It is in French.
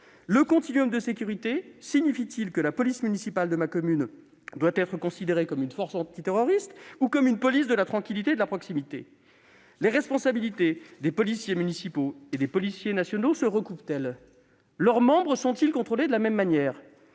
Le continuum de sécurité signifie-t-il que la police municipale de ma commune doit être considérée comme une force antiterroriste ou comme une police de la tranquillité et de la proximité ? Les responsabilités des policiers municipaux et celles des policiers nationaux se recoupent-elles ? Leurs membres sont-ils contrôlés de la même manière ?